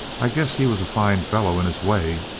i guess he was a fine fellow in his way.